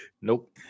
nope